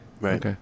right